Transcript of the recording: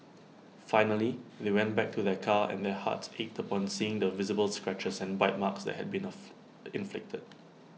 finally they went back to their car and their hearts ached upon seeing the visible scratches and bite marks that had been of inflicted